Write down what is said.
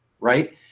right